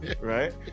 Right